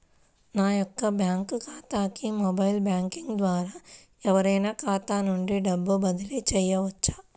నా యొక్క బ్యాంక్ ఖాతాకి మొబైల్ బ్యాంకింగ్ ద్వారా ఎవరైనా ఖాతా నుండి డబ్బు బదిలీ చేయవచ్చా?